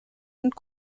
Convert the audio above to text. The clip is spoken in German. und